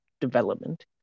development